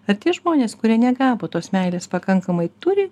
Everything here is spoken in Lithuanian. ar tie žmonės kurie negavo tos meilės pakankamai turi